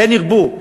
כן ירבו,